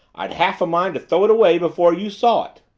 i'd half a mind to throw it away before you saw it!